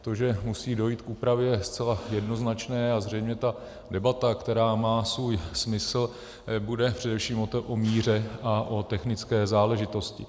To, že musí dojít k úpravě, je zcela jednoznačné a zřejmě ta debata, která má svůj smysl, bude především o míře a o technické záležitosti.